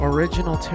Original